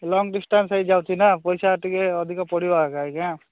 long distance ହେଇଯାଉଛି ନା ପଇସା ଟିକେ ଅଧିକ ପଡ଼ିବ ଆକା ଆଜ୍ଞା